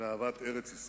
ואהבת ארץ-ישראל.